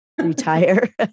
retire